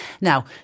Now